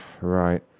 Right